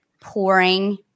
pouring